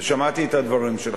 ושמעתי את הדברים שלך,